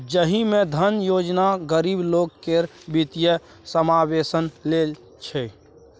जाहि मे जन धन योजना गरीब लोक केर बित्तीय समाबेशन लेल छै